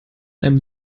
einem